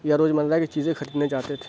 یا روز مرہ کی چیزیں خریدنے جاتے تھے